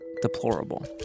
deplorable